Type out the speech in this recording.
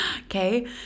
Okay